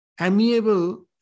amiable